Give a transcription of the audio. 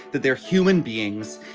that they're human beings,